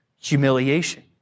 humiliation